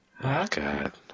God